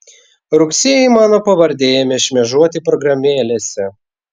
rugsėjį mano pavardė ėmė šmėžuoti programėlėse